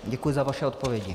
Děkuji za vaše odpovědi.